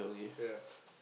yeah